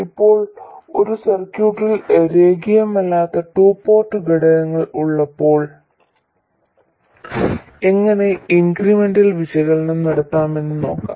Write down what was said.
ഇപ്പോൾ ഒരു സർക്യൂട്ടിൽ രേഖീയമല്ലാത്ത ടു പോർട്ട് ഘടകങ്ങൾ ഉള്ളപ്പോൾ എങ്ങനെ ഇൻക്രിമെന്റൽ വിശകലനം നടത്താമെന്ന് നോക്കാം